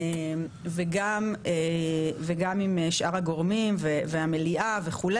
וגם עם שאר הגורמים והמליאה וכו',